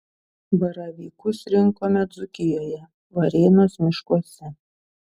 baravykus rinkome dzūkijoje varėnos miškuose